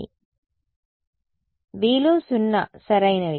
vలు 0 సరైనవి